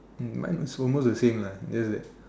mine was almost the same lah little bit